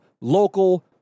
local